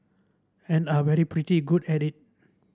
and are pretty good at it